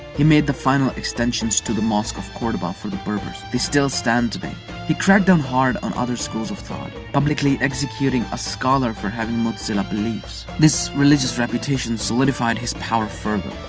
he made the final extensions to the mosque of cordoba for the berbers. these still stand today. he cracked down hard on other schools of thought, publicly executing a scholar for having mu'tazila beliefs this religious reputation solidified his power further.